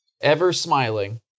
ever-smiling